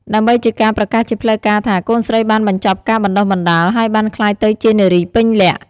ដើម្បីជាការប្រកាសជាផ្លូវការថា កូនស្រីបានបញ្ចប់ការបណ្តុះបណ្តាល ហើយបានក្លាយទៅជានារីពេញលក្ខណ៍។